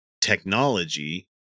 technology